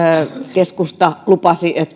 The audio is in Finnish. keskusta lupasi että